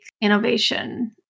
innovation